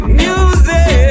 music